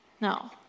No